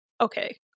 okay